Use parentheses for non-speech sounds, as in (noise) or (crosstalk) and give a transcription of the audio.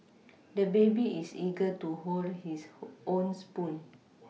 the baby is eager to hold his own spoon (noise)